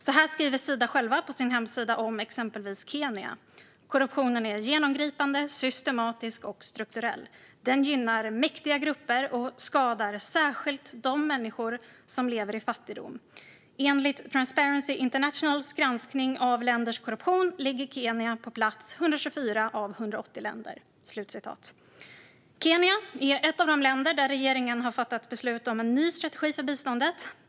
Exempelvis skriver Sida själva så här om Kenya på sin hemsida: "Korruptionen är genomgripande, systematisk och strukturell. Den gynnar mäktiga grupper och skadar särskilt de människor som lever i fattigdom. Enligt Transparency Internationals granskning av länders korruption ligger Kenya på plats 124 av 180 länder." Kenya är ett av de länder där regeringen har fattat beslut om en ny strategi för biståndet.